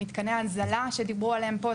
מתקני ההנזלה שדיברו עליהם פה.